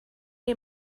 die